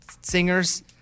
singers